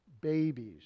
babies